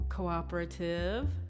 Cooperative